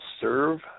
serve